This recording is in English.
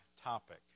topic